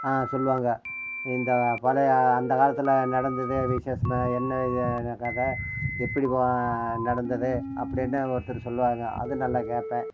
சொல்வாங்க இந்த பழைய அந்த காலத்தில் நடந்தது விஷேசம் என்ன வகையான கத எப்படி கொ நடந்தது அப்படினு ஒருத்தர் சொல்வாங்க அதுவும் நல்லா கேட்பேன்